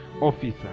officer